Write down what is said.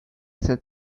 sent